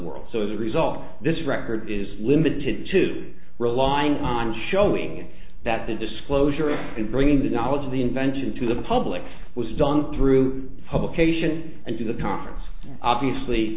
world so as a result this record is limited to relying on showing that the disclosure is in bringing that knowledge of the invention to the public was done through publication and to the conference obviously